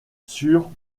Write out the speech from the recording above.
sur